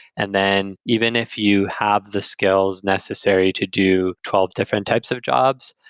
and then even if you have the skills necessary to do twelve different types of jobs,